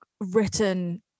written